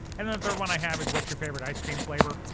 and then the third one i have is what's your favorite ice cream flavor?